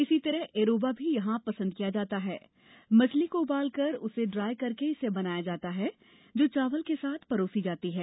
इसी तरह ऐरोबा भी यहां पसंद किया जाता है मछली को उबालकर उसे ड्राई करके इसे बनाया जाता है जो चावल के साथ परोसी जाती है